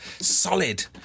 solid